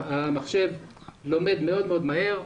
המחשב לומד מאוד מאוד מהר.